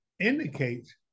indicates